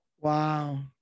Wow